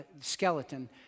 skeleton